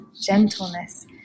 gentleness